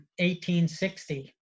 1860